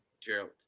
Gerald